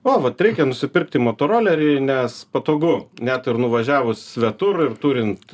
o vat reikia nusipirkti motorolerį nes patogu net ir nuvažiavus svetur turint